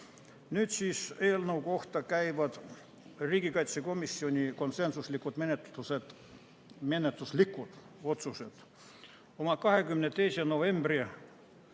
Nüüd eelnõu kohta käivad riigikaitsekomisjoni konsensuslikud menetluslikud otsused. Oma 22. novembri